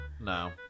No